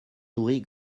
nourris